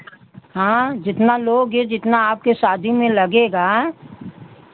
हाँ जितना लोग है जितना आपके शादी में लगेगा